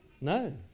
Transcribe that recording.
No